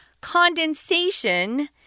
condensation